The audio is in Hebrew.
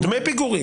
דמי פיגורים.